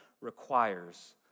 requires